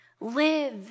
live